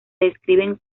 describen